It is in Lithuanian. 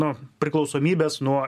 nu priklausomybės nuo